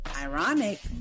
Ironic